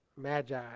magi